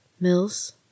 Mills